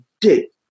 dick